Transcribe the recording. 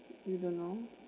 you don't know